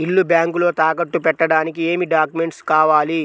ఇల్లు బ్యాంకులో తాకట్టు పెట్టడానికి ఏమి డాక్యూమెంట్స్ కావాలి?